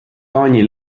taani